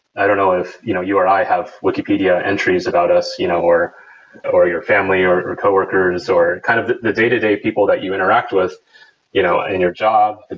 i don't know if you know you or i have wikipedia entries about us you know or or your family or or coworkers or kind of the day-to-day people that you interact with you know in your job,